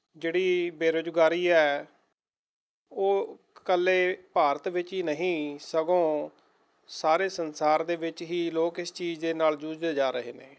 ਜਿਹੜੀ ਬੇਰੁਜ਼ਗਾਰੀ ਹੈ ਉਹ ਇਕੱਲੇ ਭਾਰਤ ਵਿੱਚ ਹੀ ਨਹੀਂ ਸਗੋਂ ਸਾਰੇ ਸੰਸਾਰ ਦੇ ਵਿੱਚ ਹੀ ਲੋਕ ਇਸ ਚੀਜ਼ ਦੇ ਨਾਲ ਜੂਝਦੇ ਜਾ ਰਹੇ ਨੇ